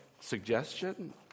suggestion